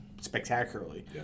spectacularly